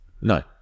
No